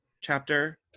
chapter